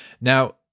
Now